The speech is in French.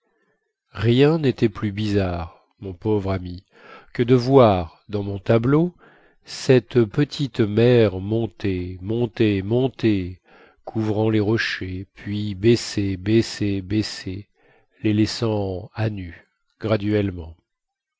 rien nétait plus bizarre mon pauvre ami que de voir dans mon tableau cette petite mer monter monter monter couvrant les rochers puis baisser baisser baisser les laissant à nu graduellement